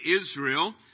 Israel